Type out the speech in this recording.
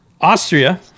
Austria